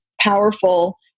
powerful